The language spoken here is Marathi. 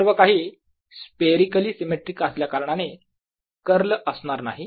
सर्व काही स्पेहरीकली सिमेट्रिक असल्याकारणाने कर्ल असणार नाही